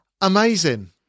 amazing